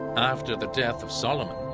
after the death of solomon,